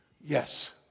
Yes